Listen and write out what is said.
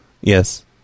Yes